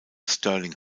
sterling